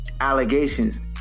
allegations